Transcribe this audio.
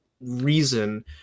reason